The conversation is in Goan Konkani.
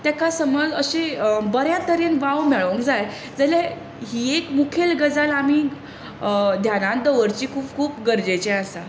ताका समज अशी बऱ्या तरेन वाव मेळूंक जाय जाल्यार ही एक मुखेल गजाल आमी ध्यानांत दवरची खूब गरजेचें आसा